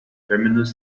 terminus